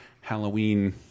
Halloween